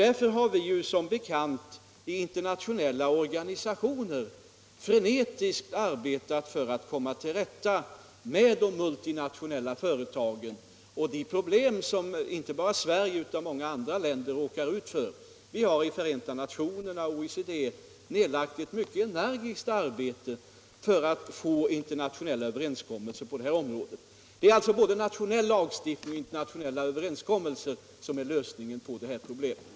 Därför har vi som bekant i internationella organisationer frenetiskt arbetat för att komma till rätta med de multinationella företagen och de problem som inte bara Sverige utan också många andra länder råkar ut för. Vi har i Förenta nationerna och OECD nedlagt ett mycket energiskt arbete för att få till stånd internationella överenskommelser på detta område. Det är alltså både nationell lagstiftning och internationella överenskommelser som är lösningen på det här problemet.